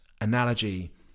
analogy